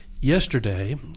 Yesterday